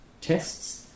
tests